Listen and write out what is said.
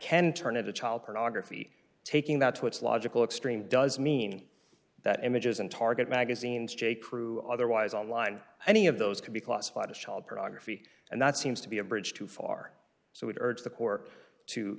can turn into child pornography taking that to its logical extreme does mean that images and target magazines j crew otherwise online any of those could be classified as child pornography and that seems to be a bridge too far so would urge the court to